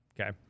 okay